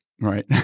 Right